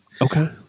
Okay